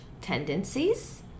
tendencies